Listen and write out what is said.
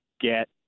get